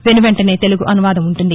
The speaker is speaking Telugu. వెనువెంటనే తెలుగు అనువాదం ఉంటుంది